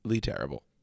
terrible